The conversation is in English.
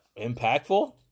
impactful